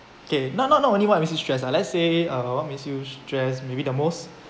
okay not not not only what make you stressed lah let's say uh what makes you stressed maybe the most